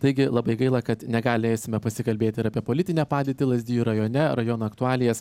taigi labai gaila kad negalėsime pasikalbėti ir apie politinę padėtį lazdijų rajone rajono aktualijas